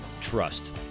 trust